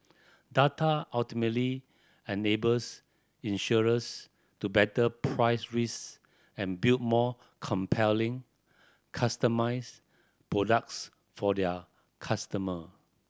data ultimately enables insurers to better price risk and build more compelling customised products for their customer